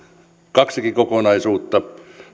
kaksikin kokonaisuutta